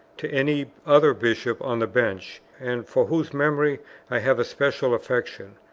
to any other bishop on the bench, and for whose memory i have a special affection.